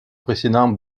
président